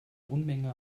unmenge